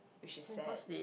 which is sad